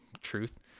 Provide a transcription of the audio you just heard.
truth